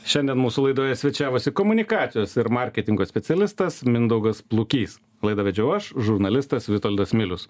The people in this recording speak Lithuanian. šiandien mūsų laidoje svečiavosi komunikacijos ir marketingo specialistas mindaugas plukys laidą vedžiau aš žurnalistas vitoldas milius